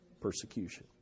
Persecution